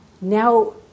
now